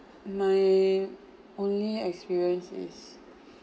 my only experience is